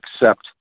accept